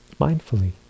mindfully